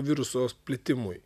viruso plitimui